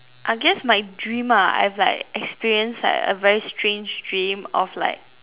I guess my dream ah I've like experienced like a very strange dream of like